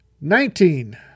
Nineteen